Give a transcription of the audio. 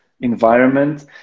environment